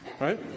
right